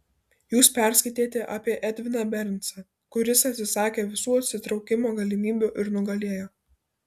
jūs perskaitėte apie edviną bernsą kuris atsisakė visų atsitraukimo galimybių ir nugalėjo